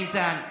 מיזאן,